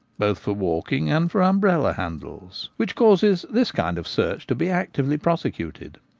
both for walking and for umbrella handles, which causes this kind of search to be actively prosecuted.